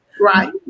Right